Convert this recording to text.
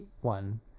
one